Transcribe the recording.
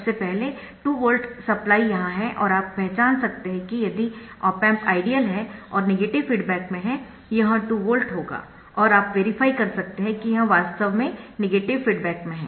सबसे पहले 2 volt supply यहाँ है और आप पहचान सकते है कि यदि ऑप एम्प आइडियल है और नेगेटिव फीडबैक में है यह 2 वोल्ट होगा और आप वेरीफाई कर सकते है कि यह वास्तव में नेगेटिव फीडबैक में है